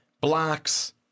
blocks